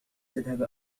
تذهب